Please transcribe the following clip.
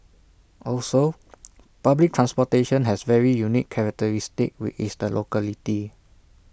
also public transportation has very unique characteristics which is the locality